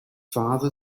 father